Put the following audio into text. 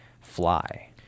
fly